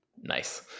Nice